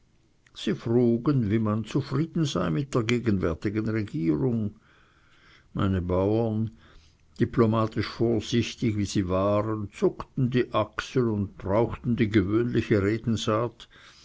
sie frugen wie man zufrieden sei mit der gegenwärtigen regierung meine bauern diplomatisch vorsichtig wie sie waren zuckten die achsel und brauchten die gewöhnliche redensart